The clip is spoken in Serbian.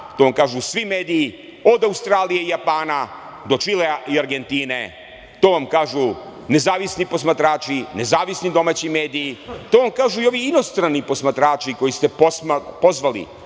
to vam kažu svi mediji od Australije i Japana do Čilea i Argentine, to vam kažu nezavisni posmatrači, nezavisni domaći mediji, to vam kažu i ovi inostrani posmatrači koje ste pozvali